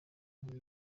nkuru